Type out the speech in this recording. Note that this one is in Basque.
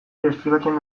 deskribatzen